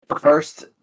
First